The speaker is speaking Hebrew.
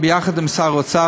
יחד עם שר האוצר,